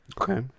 Okay